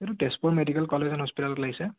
এইটো Tezpur medical college and হস্পিটেলত লাগিছে